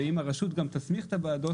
ואם הרשות גם תסמיך את הוועדות,